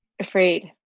afraid